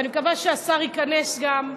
ואני מקווה שהשר ייכנס, והציע,